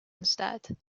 instead